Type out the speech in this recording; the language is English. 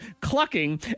clucking